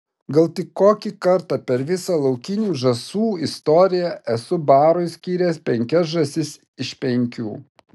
gal tik kokį kartą per visą laukinių žąsų istoriją esu barui skyręs penkias žąsis iš penkių